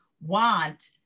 want